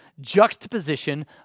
juxtaposition